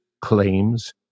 claims